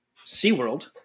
SeaWorld